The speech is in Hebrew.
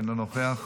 אינו נוכח,